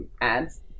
ads